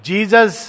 Jesus